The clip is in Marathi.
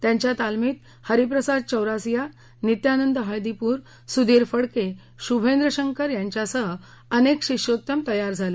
त्यांच्या तालमीत हरिप्रसाद चौरसिया नित्यानंद हळदीपूर सुधीर फडके शुभेंद्र शंकर यांच्यासह अनेक शिष्योत्तम तयार झाले